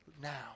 now